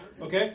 okay